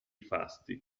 fasti